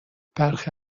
برخی